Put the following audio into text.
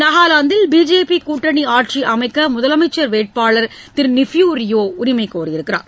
நாகாலாந்தில் பிஜேபி கூட்டணி ஆட்சி அமைக்க முதலமைச்சர் வேட்பாளர் திரு நிஃப்யூ ரியோ உரிமை கோரியுள்ளார்